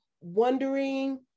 wondering